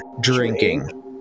Drinking